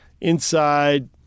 inside